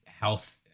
health